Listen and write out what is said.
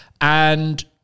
And-